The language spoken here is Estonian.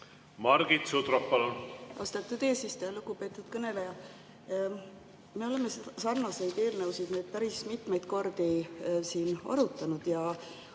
Margit Sutrop, palun! Austatud eesistuja! Lugupeetud kõneleja! Me oleme sarnaseid eelnõusid siin päris mitmeid kordi arutanud ja